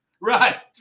Right